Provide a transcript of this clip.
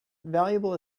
valuable